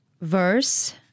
verse